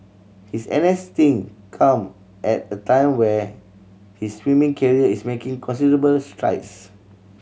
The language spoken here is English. his N S stint come at a time when his swimming career is making considerable strides